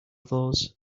those